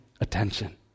attention